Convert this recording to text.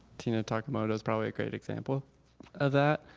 tina takemoto is probably a great example of that.